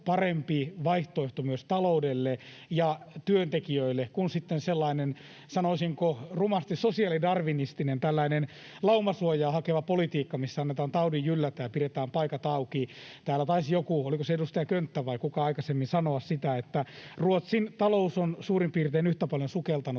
vaihtoehto myös taloudelle ja työntekijöille kuin sitten sellainen, sanoisinko, rumasti sosiaalidarwinistinen, tällainen laumasuojaa hakeva politikka, missä annetaan taudin jyllätä ja pidetään paikat auki. Täällä taisi joku, oliko se edustaja Könttä vai kuka, aikaisemmin sanoa, että Ruotsin talous on suurin piirtein yhtä paljon sukeltanut